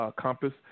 compass